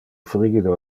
frigido